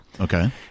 Okay